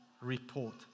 report